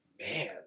man